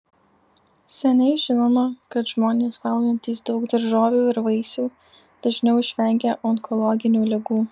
seniai žinoma kad žmonės valgantys daug daržovių ir vaisių dažniau išvengia onkologinių ligų